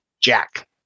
Jack